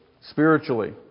spiritually